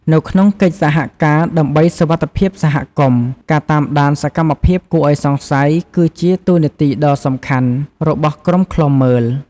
នៅក្នុងកិច្ចសហការដើម្បីសុវត្ថិភាពសហគមន៍ ការតាមដានសកម្មភាពគួរឱ្យសង្ស័យ គឺជាតួនាទីដ៏សំខាន់របស់ក្រុមឃ្លាំមើល។